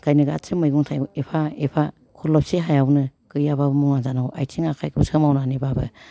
ओंखायनो गासिबो मैगं थाइगं एफा एफा खरलबसे हायावनो गैयाबाबो मावनानै जानांगौ आइथिं आखाइखौ सोमावनानैबाबो